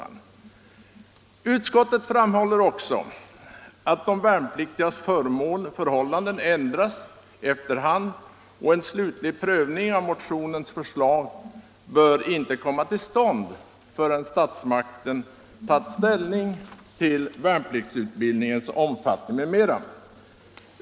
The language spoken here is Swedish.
Utskottet framhåller också att de värnpliktigas förhållanden ändras efter hand och att en slutlig prövning av motionens förslag inte bör komma till stånd förrän statsmakten tagit ny ställning till värnpliktsutbildningens omfattning m.m.